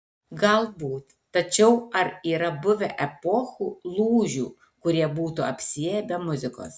galbūt tačiau ar yra buvę epochų lūžių kurie būtų apsiėję be muzikos